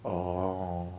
orh